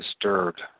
disturbed